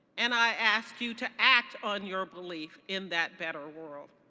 and i ask you to act on your belief in that better world.